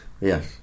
Yes